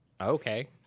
Okay